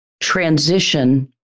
transition